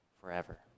forever